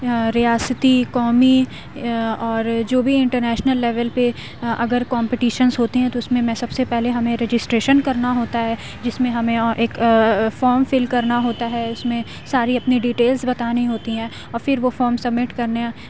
ریاستی قومی اور جو بھی انٹرنیشنل لیول پہ اگر کامپٹیشنس ہوتے ہیں تو اس میں میں سب سے پہلے ہمیں رجسٹریشن کرنا ہوتا ہے جس میں ہمیں اور ایک فارم فل کرنا ہوتا ہے اس میں ساری اپنی ڈیٹیلس بتانی ہوتی ہیں اور پھر وہ فارم سبمٹ کرنا